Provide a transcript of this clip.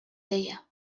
deia